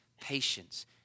patience